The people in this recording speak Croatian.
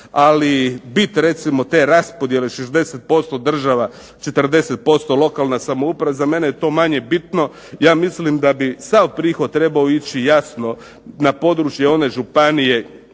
Ali bit recimo te raspodjele 60% država, 40% lokalna samouprava za mene je to manje bitno. Ja mislim da bi sav prihod trebao ići jasno na područje one županije